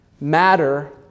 matter